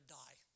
die